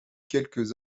quelques